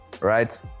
right